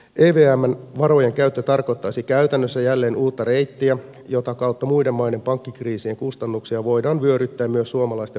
evmn varojen käyttö tarkoittaisi käytännössä jälleen uutta reittiä jota kautta muiden maiden pankkikriisien kustannuksia voidaan vyöryttää myös suomalaisten veronmaksajien niskaan